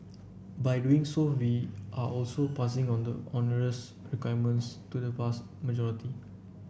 by doing so we are also passing on the onerous requirements to the vast majority